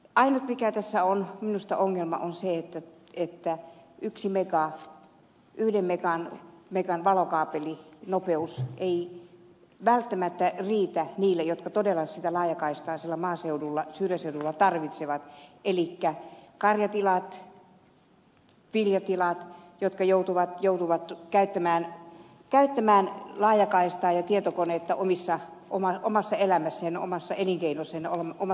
ainut ongelma mikä tässä minusta on on se että yhden megan valokaapelinopeus ei välttämättä riitä niille jotka todella sitä laajakaistaa siellä maaseudulla syrjäseudulla tarvitsevat elikkä ei riitä karjatiloille ja viljatiloille jotka joutuvat käyttämään laajakaistaa ja tietokonetta omassa elämässään omassa elinkeinossaan ja omassa työssään